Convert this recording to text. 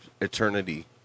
eternity